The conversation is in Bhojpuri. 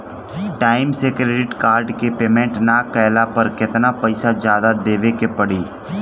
टाइम से क्रेडिट कार्ड के पेमेंट ना कैला पर केतना पईसा जादे देवे के पड़ी?